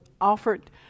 offered